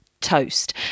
toast